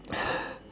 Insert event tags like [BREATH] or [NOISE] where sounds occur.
[BREATH]